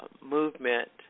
movement